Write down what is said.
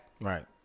Right